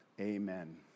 amen